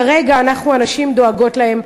כרגע אנחנו הנשים דואגות להם,